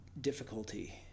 difficulty